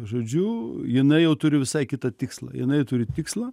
žodžiu jinai jau turi visai kitą tikslą jinai turi tikslą